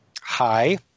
Hi